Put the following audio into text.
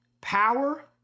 power